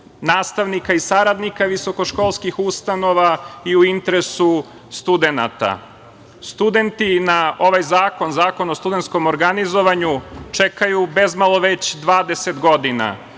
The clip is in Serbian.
nastavnika i saradnika visokoškolskih ustanova i u interesu studenata. Studenti na ovaj zakon, zakon o studentskom organizovanju čekaju bezmalo već 20 godina.